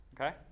Okay